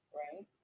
right